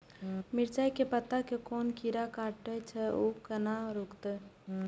मिरचाय के पत्ता के कोन कीरा कटे छे ऊ केना रुकते?